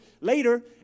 later